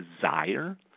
desire